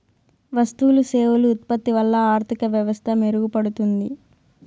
వస్తువులు సేవలు ఉత్పత్తి వల్ల ఆర్థిక వ్యవస్థ మెరుగుపడుతుంది